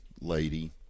lady